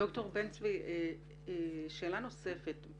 שאלה נוספת.